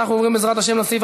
נתקבלה.